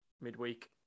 midweek